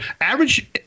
Average